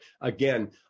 again